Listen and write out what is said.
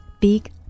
big